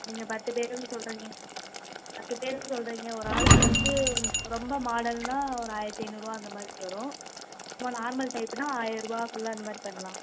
நீங்கள் பத்து பேருன்னு சொல்கிறிங்க பத்து பேருக்கு சொல்கிறிங்க ஒரு ஆளுக்கு வந்து ரொம்ப மாடல்ன்னால் ஒரு ஆயிரத்தி ஐந்நூறுபா அந்தமாதிரி வரும் சும்மா நார்மல் டைப்புன்னால் ஆயர்ரூபா குள்ள அந்தமாதிரி பண்ணலாம்